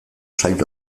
sail